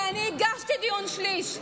כשאני הגשתי דיון שליש.